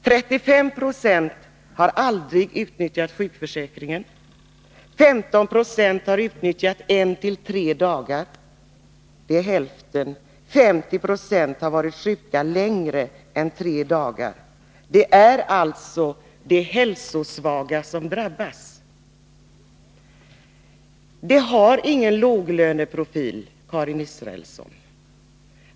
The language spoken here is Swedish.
35 70 har aldrig utnyttjat sjukförsäkringen. 15 96 har utnyttjat den under en till tre dagar. 50 96 har varit sjuka längre än tre dagar. Det är alltså de hälsosvaga som drabbas. Detta är ingen låglöneprofil, Karin Israelsson.